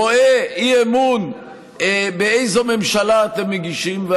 רואה באיזו ממשלה אתם מגישים אי-אמון.